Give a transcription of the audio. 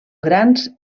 grans